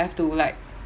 have to like